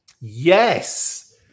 Yes